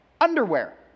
Underwear